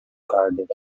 cardiff